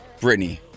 Britney